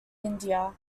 india